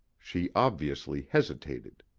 she obviously hesitated.